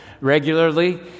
regularly